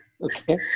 Okay